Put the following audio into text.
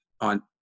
on